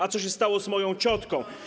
A co się stało z moją ciotką?